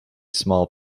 small